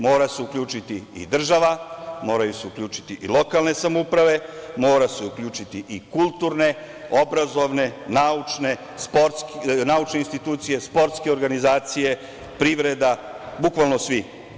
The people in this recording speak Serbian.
Mora se uključiti i država, moraju se uključiti i lokalne samouprave, mora se uključiti i kulturne, obrazovne, naučne institucije, sportske organizacije, privreda, bukvalno svi.